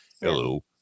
Hello